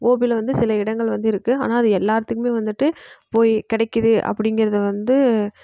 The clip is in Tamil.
கோபியில் வந்து சில இடங்கள் வந்து இருக்குது ஆனால் அது எல்லா இடத்துக்குமே வந்துட்டு போய் கிடைக்குது அப்படிங்குறது வந்து